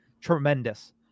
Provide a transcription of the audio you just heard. tremendous